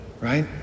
right